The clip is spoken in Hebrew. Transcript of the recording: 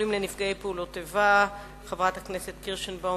27). חברת הכנסת קירשנבאום,